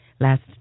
Last